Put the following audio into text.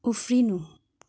उफ्रिनु